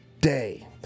day